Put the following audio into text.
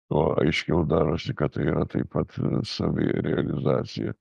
tuo aiškiau darosi kad tai yra taip pat savirealizacija